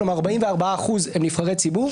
כלומר 44% הם נבחרי ציבור,